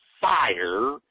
fire